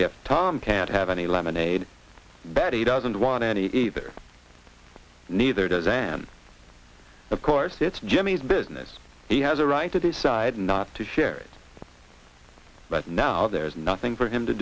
if tom can't have any lemonade betty doesn't want any either neither does and of course it's jimmy's business he has a right to decide not to share it but now there's nothing for him to